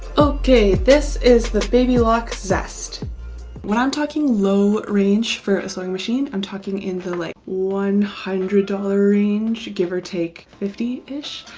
okay, this is the baby lock zest when i'm talking low range for a sewing machine i'm talking into like one hundred dollars range give or take fifty ish?